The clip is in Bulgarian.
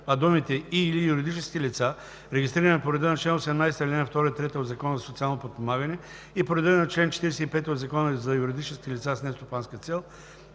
а думите „и/или юридическите лица, регистрирани по реда на чл. 18, ал. 2 и 3 от Закона за социално подпомагане и по реда на чл. 45 от Закона за юридическите лица с нестопанска цел“